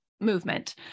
movement